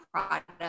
product